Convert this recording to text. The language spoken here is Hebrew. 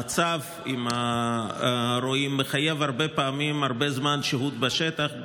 המצב עם הרועים מחייב הרבה פעמים הרבה זמן שהות בשטח,